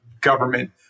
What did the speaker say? government